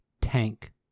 tank